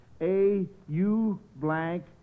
A-U-blank